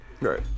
Right